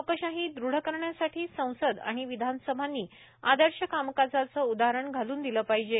लोकशाही दृढ करण्यासाठी संसद आणि विधानसभांनी आदर्श कामकाजाचं उदाहरण घालून दिलं पाहिजे